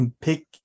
pick